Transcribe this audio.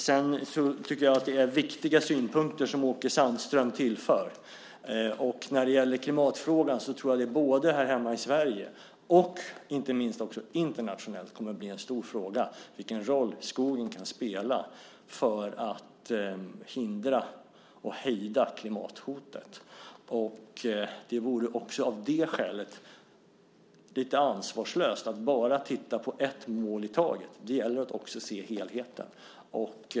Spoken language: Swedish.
Jag tycker att det är viktiga synpunkter som Åke Sandström tillför. När det gäller klimatfrågan tror jag att det både här hemma i Sverige och inte minst internationellt kommer att bli en stor fråga vilken roll skogen kan spela för att hindra och hejda klimathotet. Det vore också av det skälet lite ansvarslöst att bara titta på ett mål i taget. Det gäller att se helheten.